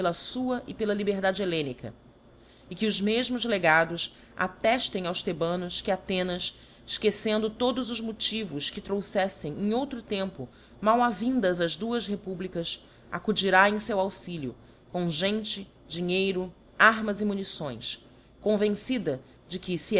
fua e pela liberdade hellenica e que os mefmos legados atteftem aos thebanos que athenas efquccendo todos os motivos que trouxeífem em outro tempo mal avindas as duas republicas acudirá em feu auxilio com gente dinheiro armas e munições convencida de que fe